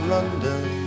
London